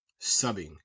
subbing